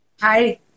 Hi